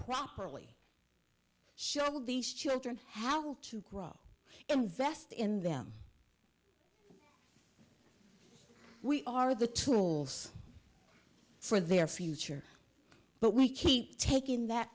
properly short of these children how to grow invest in them we are the tools for their future but we keep taking that